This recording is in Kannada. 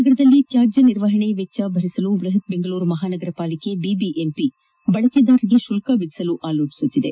ನಗರದಲ್ಲಿ ತ್ಯಾಜ್ಯ ನಿರ್ವಹಣೆ ವೆಚ್ಚ ಭರಿಸಲು ಬೃಹತ್ ಬೆಂಗಳೂರು ಮಹಾನಗರ ಪಾಲಿಕೆ ಬಿಬಿಎಂಪಿ ಬಳಕೆದಾರರಿಗೆ ಶುಲ್ಕ ವಿಧಿಸಲು ಆಲೋಚಿಸಲಾಗುತ್ತಿದೆ